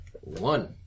One